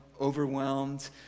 overwhelmed